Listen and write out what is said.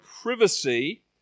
privacy